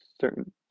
certain